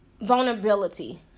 vulnerability